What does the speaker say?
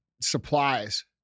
supplies